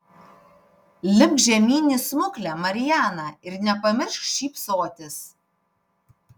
lipk žemyn į smuklę mariana ir nepamiršk šypsotis